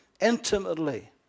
intimately